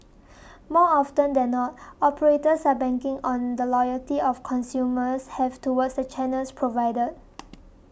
more often than not operators are banking on the loyalty of consumers have towards the channels provided